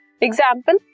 Example